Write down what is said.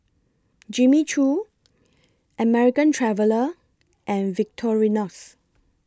Jimmy Choo American Traveller and Victorinox